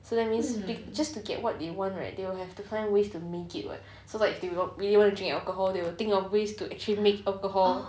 just to get what they want right they will have to find ways to make it [what] so like if they really want to drink alcohol they will think of ways to actually make alcohol